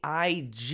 IG